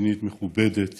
רצינית ומכובדת